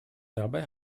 dabei